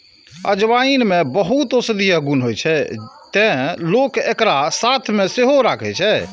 अजवाइन मे बहुत औषधीय गुण होइ छै, तें लोक एकरा साथ मे सेहो राखै छै